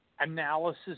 analysis